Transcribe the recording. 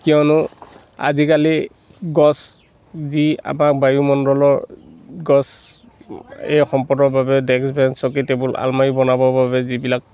কিয়নো আজিকালি গছ যি আমাৰ বায়ুমণ্ডলৰ গছ সেই সম্পদৰ বাবে ডেস্ক বেঞ্চ চকী টেবুল আলমাৰি বনাবৰ বাবে যিবিলাক